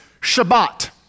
Shabbat